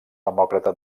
demòcrata